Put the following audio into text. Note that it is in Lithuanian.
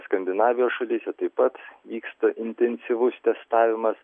skandinavijos šalyse taip pat vyksta intensyvus testavimas